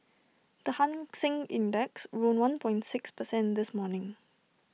the hang Seng index rose one point six percent this morning